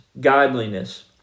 godliness